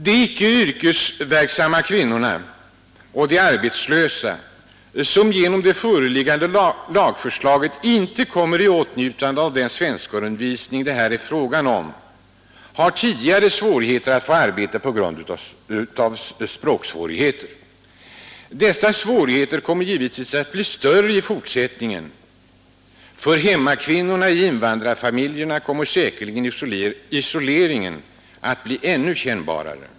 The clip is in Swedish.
De icke yrkesverksamma kvinnorna och de arbetslösa, som genom det föreliggande lagförslaget inte kommer i åtnjutande av den svenskundervisning det här är fråga om, har redan tidigare svårigheter att få arbete på grund av språkproblem. Dessa svårigheter kommer givetvis att bli större i fortsättningen. För hemmakvinnorna i invandrarfamiljerna kommer säkerligen isoleringen att bli ännu kännbarare.